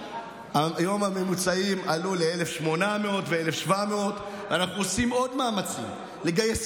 היום הממוצעים עלו ל-1,700 1,800. אנחנו עושים עוד מאמצים לגייס